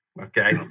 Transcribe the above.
Okay